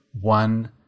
one